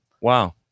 wow